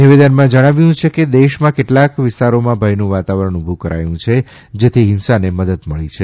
નિવેદનમાં જણાવ્યું છે કે દેશમાં કેટલાક વિસ્તારોમાં ભયનું વાતાવરણ ઉભું કરાયું છે જેથી હિંસાને મદદ મળી છે